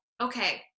Okay